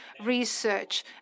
research